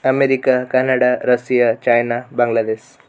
America Canada Russia China Bangladesh